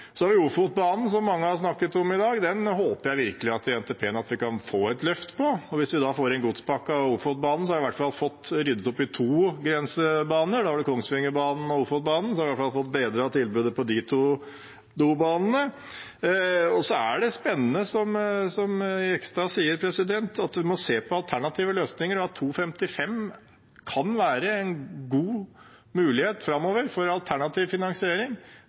Så har vi Ofotbanen, som mange har snakket om i dag. Den håper jeg virkelig at vi i NTP-en kan få et løft for. Hvis vi får inn godspakken og Ofotbanen, har vi i hvert fall fått ryddet opp i to grensebaner. Da har man Kongsvingerbanen og Ofotbanen – så har man i hvert fall fått bedret tilbudet på de to banene. Det er spennende, som Jegstad sier, å se på alternative løsninger. Oslo-Sthlm 2.55 kan være en god mulighet framover for alternativ finansiering.